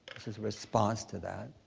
this is a response to that.